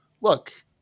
look